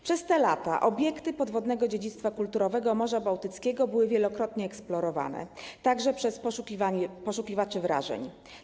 Przez te lata obiekty podwodnego dziedzictwa kulturowego Morza Bałtyckiego były wielokrotnie eksplorowane, także przez poszukiwaczy wrażeń.